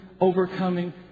overcoming